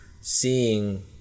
seeing